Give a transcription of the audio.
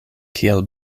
kiel